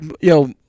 yo